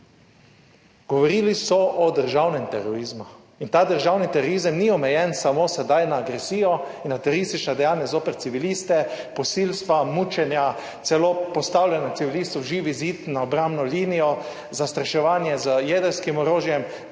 Govorili so o državnem terorizmu in ta državni terorizem ni omejen samo sedaj na agresijo in na teroristična dejanja zoper civiliste, posilstva, mučenja, celo postavljanja civilistov, živi zid na obrambno linijo, zastraševanje z jedrskim orožjem,